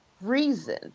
reason